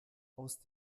aus